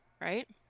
right